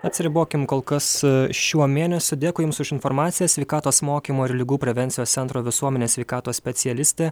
atsiribokim kol kas šiuo mėnesiu dėkui jums už informaciją sveikatos mokymo ir ligų prevencijos centro visuomenės sveikatos specialistė